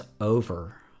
over